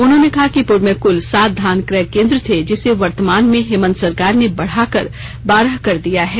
उन्होंने कहा कि पूर्व में कुल सात धान क्रय केंद्र थे जिसे वर्तमान में हेमंत सरकार ने बढ़ाकर बारह कर दिया गया है